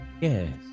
Yes